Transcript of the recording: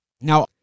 Now